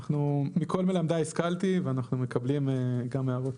מכל מלמדי השכלתי ואנחנו מקבלים גם הערות.